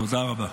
תודה רבה.